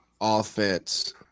offense